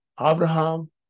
Abraham